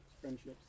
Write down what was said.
friendships